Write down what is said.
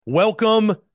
Welcome